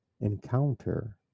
encounter